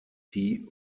die